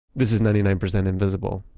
this is ninety nine percent invisible.